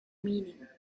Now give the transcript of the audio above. meaning